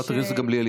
חברת הכנסת גמליאל,